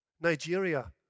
Nigeria